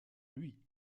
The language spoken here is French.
lui